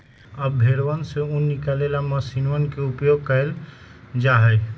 अब भेंड़वन से ऊन निकाले ला मशीनवा के उपयोग कइल जाहई